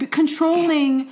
controlling